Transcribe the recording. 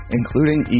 including